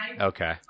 okay